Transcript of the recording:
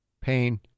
pain